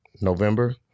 November